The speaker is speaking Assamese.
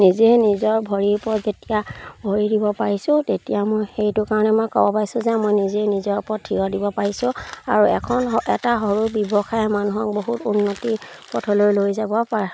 নিজে নিজৰ ভৰিৰ ওপৰত যেতিয়া ভৰি দিব পাৰিছোঁ তেতিয়া মই সেইটো কাৰণে মই ক'ব পাইছোঁ যে মই নিজে নিজৰ ওপৰত থিয় দিব পাৰিছোঁ আৰু এখন এটা সৰু ব্যৱসায়ে মানুহক বহুত উন্নতি পথলৈ লৈ যাব পাৰে